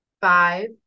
five